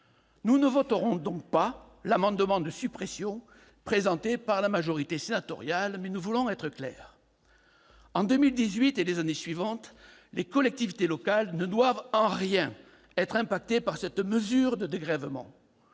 Nous ne voterons donc pas l'amendement de suppression présenté par la majorité sénatoriale, mais nous voulons être clairs. En 2018, et les années suivantes, les collectivités locales ne doivent en rien être impactées par cette mesure de dégrèvement.